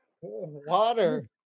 Water